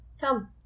Come